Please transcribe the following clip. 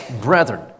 brethren